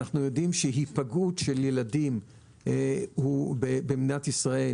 אנחנו יודעים שההיפגעות של ילדים במדינת ישראל